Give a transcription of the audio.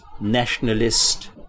nationalist